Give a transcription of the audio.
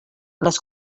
les